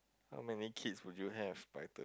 how many kids would you have by thir~